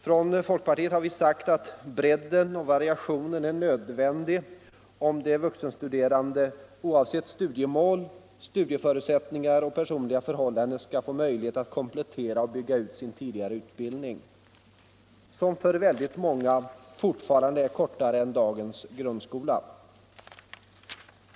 Från folkpartiet har vi sagt att bredden och variationen är nödvändiga om de vuxenstuderande, oavsett studiemål, studieförutsättningar och personliga förhållanden, skall få möjlighet att komplettera och bygga ut sin tidigare utbildning, som för väldigt många fortfarande är kortare än dagens grundskola.